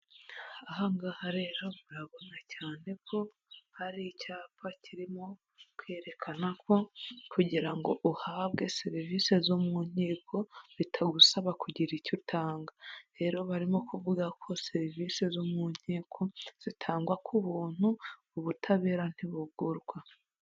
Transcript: Aha ngaha rero urabona cyane ko, hari icyapa kirimo kwerekana ko, kugira ngo uhabwe serivisi zo mu nkiko, bitagusaba kugira icyo utanga. Rero barimo kuvuga ko serivisi zo mu nkiko zitangwa ku buntu, ubutabera ntibugurwa.